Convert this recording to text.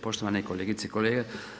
Poštovane kolegice i kolege.